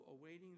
awaiting